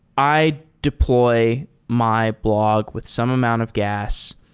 i deploy my blog with some amount of gas.